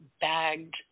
bagged